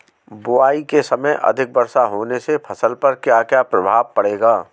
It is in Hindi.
बुआई के समय अधिक वर्षा होने से फसल पर क्या क्या प्रभाव पड़ेगा?